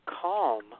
calm